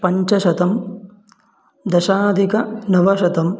पञ्चशतं दशाधिकनवशतम्